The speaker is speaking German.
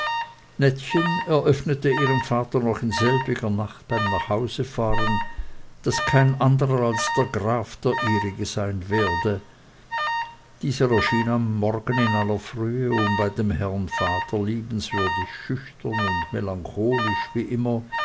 eröffnete ihrem vater noch in selbiger nacht beim nachhausefahren daß kein anderer als der graf der ihrige sein werde dieser erschien am morgen in aller frühe um bei dem vater liebenswürdig schüchtern und melancholisch wie immer